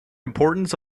importance